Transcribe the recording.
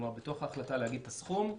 כלומר, בתוך ההחלטה להגיד את הסכום,